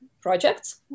projects